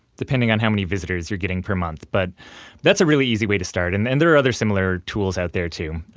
depending on how many visitors you're getting per month. but that's a really easy way to start, and then there are other similar tools out there too.